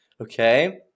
Okay